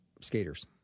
skaters